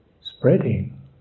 spreading